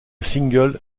single